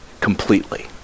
completely